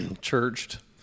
churched